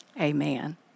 Amen